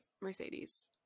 mercedes